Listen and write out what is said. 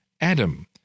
Adam